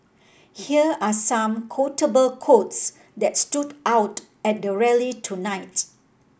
here are some quotable quotes that stood out at the rally tonight